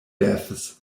deaths